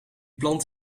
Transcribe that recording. plant